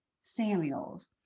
Samuels